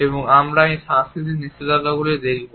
এবং আমরা এই সাংস্কৃতিক নিষেধাজ্ঞাগুলি দেখব